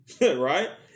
right